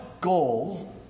goal